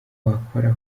wakora